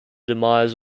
demise